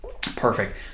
Perfect